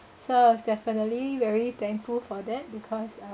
so I was definitely very thankful for that because uh